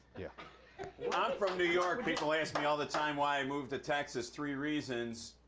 yeah you know i'm from new york. people ask me all the time why i moved to texas. three reasons.